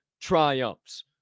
triumphs